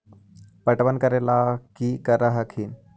पटबन करे ला की कर हखिन?